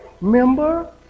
Remember